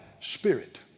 Spirit